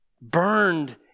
burned